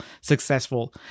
successful